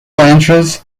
entrance